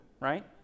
Right